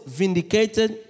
vindicated